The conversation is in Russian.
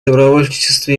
добровольчество